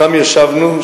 שם ישבנו,